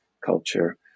culture